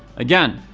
again,